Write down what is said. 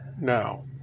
now